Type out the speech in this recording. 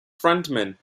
frontman